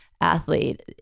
Athlete